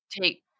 take